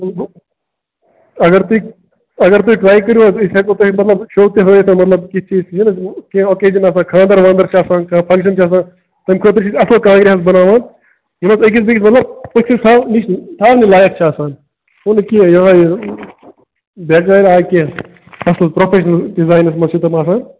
اگر تُہۍ اگر تُہۍ ٹراے کٔرِو حظ أسۍ ہیٚکو تۄہہِ مطلب شو تہِ ہٲوِتھ حظ مطلب کِتھ چیٖز چھِ کینٛہہ اوٚکیجن آسان خاندر واندر چھ آسان کانٛہہ فنگشن چھ آسان تمہ خٲطرٕ چھِ اَسہِ اصل کانٛگرِ حظ بناوان یم حظ أکِس بیٚیِس مطلب پٔژھِس تھاو نش تھاونہ لایق چھِ آسان ہہُ نہٕ کینٛہہ یہے بیٚگٲرۍ آیہِ کینٛہہ اصل پروفیٚشنل ڈِزاینَس مَنٛز چھِ تِم آسان